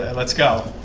and let's go